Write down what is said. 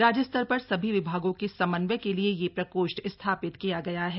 राज्य स्तर पर सभी विभागों के समन्वय के लिए यह प्रकोष्ठ स्थापित किया गया है